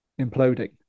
imploding